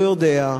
לא יודע,